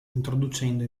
introducendo